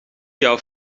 jouw